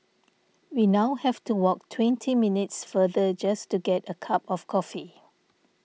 we now have to walk twenty minutes farther just to get a cup of coffee